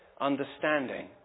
understanding